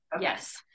Yes